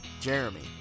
Jeremy